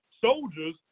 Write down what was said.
soldiers